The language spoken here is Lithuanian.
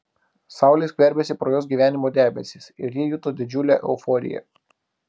saulė skverbėsi pro jos gyvenimo debesis ir ji juto didžiulę euforiją